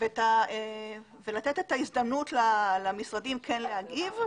לתת את ההזדמנות למשרדים כן להגיב.